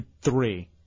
three